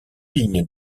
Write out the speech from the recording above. lignes